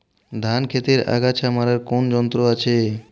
ধান ক্ষেতের আগাছা মারার কোন যন্ত্র আছে?